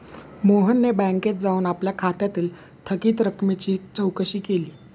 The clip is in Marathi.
मोहनने बँकेत जाऊन आपल्या खात्यातील थकीत रकमेची चौकशी केली